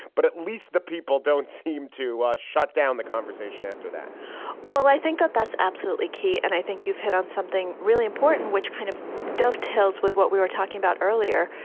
but at least the people don't seem to shut down the conversation after that well, i think that that's absolutely key. and i think you've hit on something really important, which kind of dovetails with what we were talking about earlier,